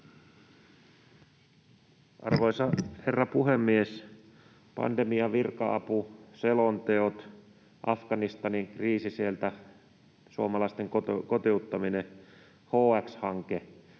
Arvoisa herra puhemies! Pandemia, virka-apu, selonteot, Afganistanin kriisi, sieltä suomalaisten kotiuttaminen, HX-hanke